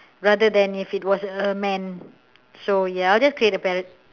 rather than if it was a man so ya I'll just create a parrot